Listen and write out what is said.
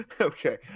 Okay